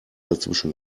dazwischen